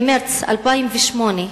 ממרס 2008,